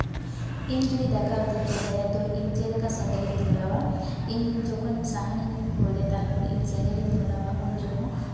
ᱤᱧ ᱡᱩᱫᱤ ᱫᱟᱠᱟ ᱩᱛᱩᱧ ᱪᱚᱸᱫᱟᱭᱟ ᱛᱚ ᱤᱧ ᱡᱮᱞᱮᱠᱟ ᱥᱮᱸᱜᱮᱞᱤᱧ ᱫᱷᱚᱨᱟᱣᱟ ᱤᱧ ᱡᱚᱠᱷᱚᱱ ᱥᱟᱦᱟᱱᱤᱧ ᱠᱷᱳᱲᱟ ᱛᱟᱨᱯᱚᱨᱮ ᱤᱧ ᱥᱮᱸᱜᱮᱞᱤᱧ ᱫᱷᱚᱨᱟᱣᱟ ᱩᱱᱨᱮᱦᱚᱸ